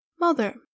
Mother